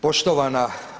Poštovana.